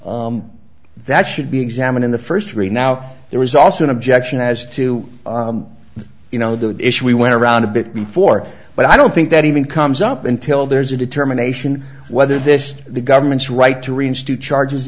reman that should be examined in the first degree now there was also an objection as to you know the issue we went around a bit before but i don't think that even comes up until there's a determination whether this is the government's right to reinstate charges